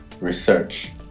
research